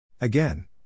Again